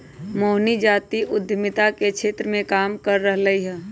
मोहिनी जाति उधमिता के क्षेत्र मे काम कर रहलई ह